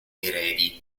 eredi